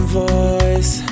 voice